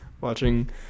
watching